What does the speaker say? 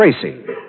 Tracy